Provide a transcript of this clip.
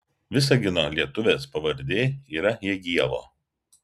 visagino lietuvės pavardė yra jagielo